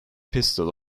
pistol